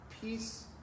peace